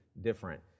different